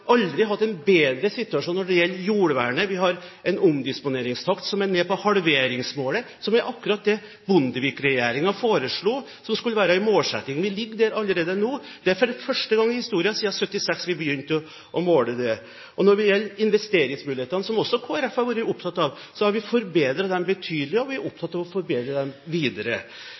aldri hatt en bedre situasjon når det gjelder jordvernet. Vi har en omdisponeringstakt som er nede på halveringsmålet, som er akkurat det Bondevik-regjeringen foreslo skulle være en målsetting. Vi ligger der allerede nå. Det er første gang i historien siden vi begynte å måle det i 1976. Når det gjelder investeringsmulighetene, som Kristelig Folkeparti også har vært opptatt av, har vi forbedret dem betydelig, og vi er opptatt av å forbedre dem videre.